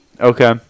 Okay